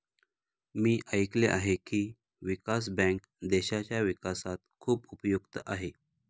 मी ऐकले आहे की, विकास बँक देशाच्या विकासात खूप उपयुक्त आहे